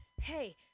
Hey